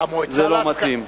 זה לא מתאים.